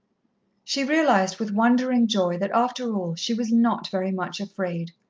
she realized with wondering joy that, after all, she was not very much afraid.